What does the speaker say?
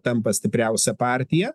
tampa stipriausia partija